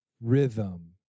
rhythm